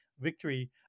victory